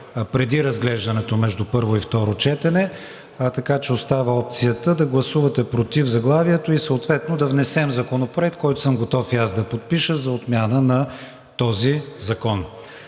преди разглеждането между първо и второ четене, така че остава опцията да гласувате против заглавието и съответно да внесем законопроект, който съм готов и аз да подпиша, за отмяна на този закон.